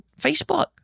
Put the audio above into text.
Facebook